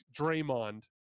Draymond